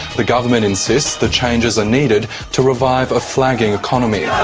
the government insists the changes are needed to revive a flagging economy.